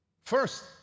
First